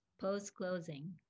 post-closing